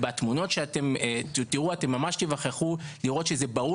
בתמונות שתיראו אתם תוכלו ממש להיווכח שברור